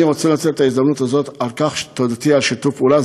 אני רוצה לנצל את ההזדמנות הזאת ולהודות על שיתוף הפעולה.